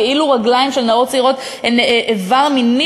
כאילו רגליים של נערות צעירות הן איבר מיני